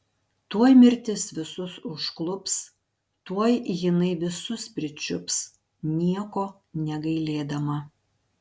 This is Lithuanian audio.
tuoj mirtis visus užklups tuoj jinai visus pričiups nieko negailėdama